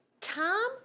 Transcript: Tom